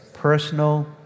personal